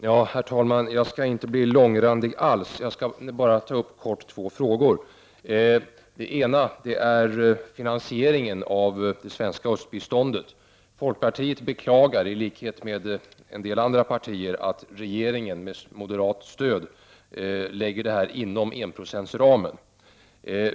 Herr talman! Jag skall inte alls bli mångordig. Jag skall bara kort ta upp två frågor. Den ena frågan är finansieringen av det svenska östbiståndet. Folkpartiet beklagar i likhet med en del andra partier att regeringen med moderat stöd lägger detta bistånd inom enprocentsramen.